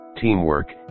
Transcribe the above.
teamwork